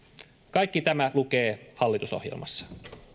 kaikki tämä lukee hallitusohjelmassa